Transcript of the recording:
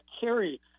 carry